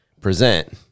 present